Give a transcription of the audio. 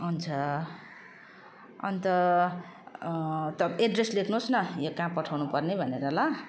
हुन्छ अन्त त एड्रेस लेख्नु होस् न यो कहाँ पठाउनु पर्ने भनेर ल